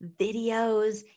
videos